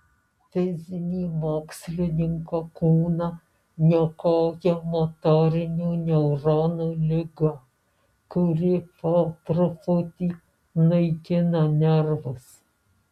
fizinį mokslininko kūną niokoja motorinių neuronų liga kuri po truputį naikina nervus